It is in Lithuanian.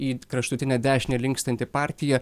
į kraštutinę dešinę linkstanti partija